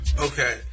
Okay